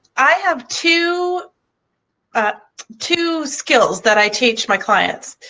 i have two ah two skills that i teach my clients